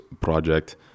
project